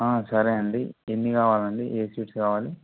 ఆ సరే అండి ఎన్ని కావాలండి ఏ స్వీట్స్ కావాలి